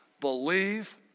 Believe